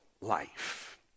life